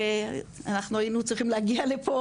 אנחנו היינו צריכים להגיע לפה,